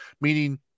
Meaning